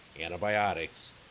antibiotics